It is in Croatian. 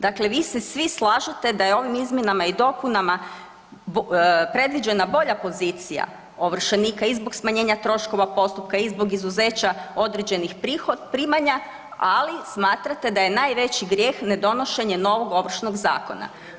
Dakle, vi se svi slažete da je ovim izmjenama i dopunama predviđena bolja pozicija ovršenika i zbog smanjenja troškova postupka i zbog izuzeća određenih primanja, ali smatrate da je najveći grijeh ne donošenje novog Ovršnog zakona.